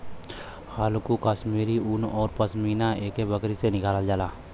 हल्लुक कश्मीरी उन औरु पसमिना एक्के बकरी से निकालल जाला